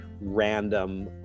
random